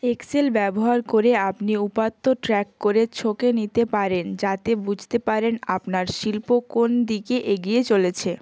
Excel ব্যবহার করে আপনি উপাত্ত ট্র্যাক করে ছকে নিতে পারেন যাতে বুঝতে পারেন আপনার শিল্প কোন দিকে এগিয়ে চলেছে